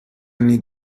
anni